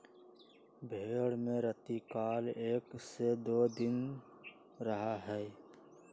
भेंड़ में रतिकाल एक से दो दिन रहा हई